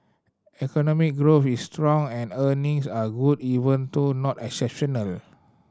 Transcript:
economic growth is strong and earnings are good even though not exceptional